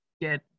get